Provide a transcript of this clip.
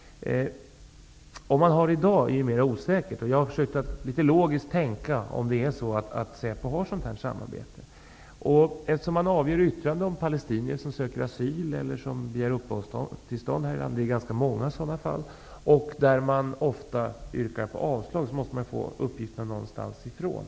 Om man har det i dag är mera osäkert. Jag har försökt att tänka litet logiskt i frågan om Säpo har ett sådant samarbete. När man avger yttranden om palestinier som söker asyl eller som begär uppehållstillstånd i vårt land -- det finns ganska många sådana fall -- och ofta yrkar avslag på dessa ansökningar, måste man få uppgifterna någonstans ifrån.